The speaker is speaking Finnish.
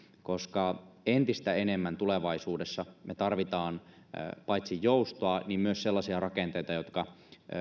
koska entistä enemmän me tulevaisuudessa tarvitsemme paitsi joustoa myös sellaisia rakenteita jotka